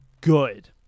good